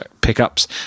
pickups